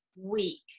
week